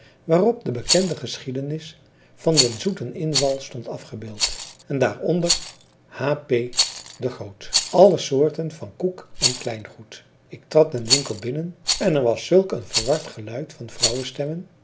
waarop de bekende geschiedenis van den zoeten inval stond afgebeeld en daar onder h p de groot alle zoorten van koek en kleyngoed ik trad den winkel binnen en er was zulk een verward geluid van